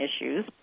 issues